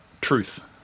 truth